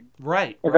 Right